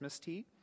tea